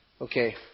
Okay